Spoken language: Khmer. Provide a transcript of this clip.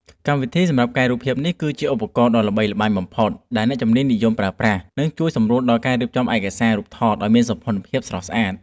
កម្មវិធីសម្រាប់កែរូបភាពនេះគឺជាឧបករណ៍ដ៏ល្បីល្បាញបំផុតដែលអ្នកជំនាញនិយមប្រើប្រាស់ និង ជួយសម្រួលដល់ការរៀបចំឯកសាររូបថតឱ្យមានសោភ័ណភាពស្រស់ស្អាត។